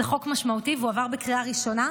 זה חוק משמעותי והוא עבר בקריאה ראשונה,